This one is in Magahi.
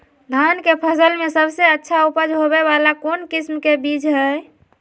धान के फसल में सबसे अच्छा उपज होबे वाला कौन किस्म के बीज हय?